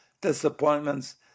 disappointments